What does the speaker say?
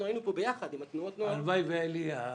אנחנו היינו פה ביחד עם תנועות הנוער --- הלוואי והיה לי,